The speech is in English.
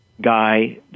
guy